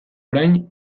orain